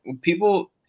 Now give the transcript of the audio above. people